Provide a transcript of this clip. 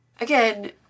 Again